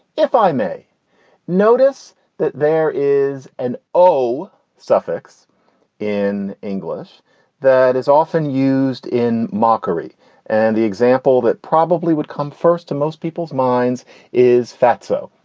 if i may notice that there is an au suffix in english that is often used in mockery and the example that probably would come first in most people's minds is fatso.